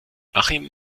achim